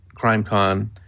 CrimeCon